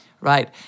Right